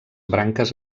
branques